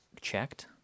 checked